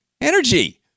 Energy